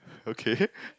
okay